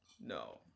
No